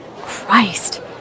Christ